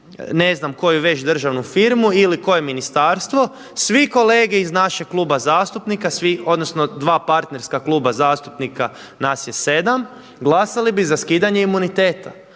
ne znam koju već državnu firmu ili koje ministarstvo svi kolege iz našeg kluba zastupnika odnosno dva partnerska kluba zastupnika nas je sedam, glasali bi za skidanje imuniteta.